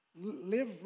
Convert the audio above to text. Live